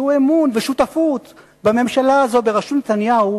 שהוא אמון ושותפות בממשלה הזאת, בראשות נתניהו,